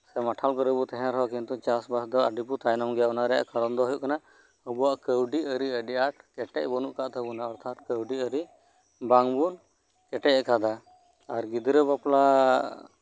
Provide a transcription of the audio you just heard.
ᱢᱟᱴᱷᱟᱞ ᱠᱚᱨᱮ ᱵᱚᱱ ᱛᱟᱦᱮᱱ ᱨᱮᱦᱚᱸ ᱠᱤᱱᱛᱩ ᱪᱟᱥᱵᱟᱥ ᱫᱚ ᱟᱹᱰᱤ ᱵᱚᱱ ᱛᱟᱭᱱᱚᱢ ᱜᱮᱭᱟ ᱚᱱᱟ ᱨᱮᱭᱟᱜ ᱠᱟᱨᱚᱱ ᱫᱚ ᱦᱳᱭᱳᱜ ᱠᱟᱱᱟ ᱟᱵᱚᱣᱟᱜ ᱠᱟᱹᱣᱰᱤ ᱟᱹᱨᱤ ᱟᱹᱰᱤ ᱟᱸᱴ ᱠᱮᱴᱮᱡ ᱵᱟᱹᱱᱩᱜ ᱟᱠᱟᱫ ᱛᱟᱵᱚᱱᱟ ᱠᱟᱹᱣᱰᱤ ᱟᱹᱨᱤ ᱵᱟᱝᱵᱚᱱ ᱠᱮᱴᱮᱡ ᱟᱠᱟᱫᱟ ᱟᱨ ᱜᱤᱫᱽᱨᱟᱹ ᱵᱟᱯᱞᱟ